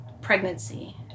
pregnancy